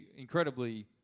incredibly